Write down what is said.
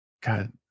God